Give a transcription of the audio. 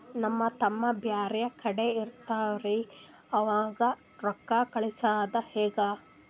ನಮ್ ತಮ್ಮ ಬ್ಯಾರೆ ಕಡೆ ಇರತಾವೇನ್ರಿ ಅವಂಗ ರೋಕ್ಕ ಕಳಸದ ಹೆಂಗ?